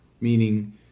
Meaning